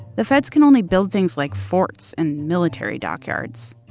the feds can only build things like forts and military dockyards.